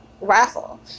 raffle